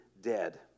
dead